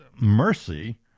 mercy